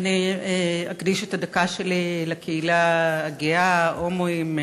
אני אקדיש את הדקה שלי לקהילה הגאה: הומואים,